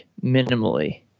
minimally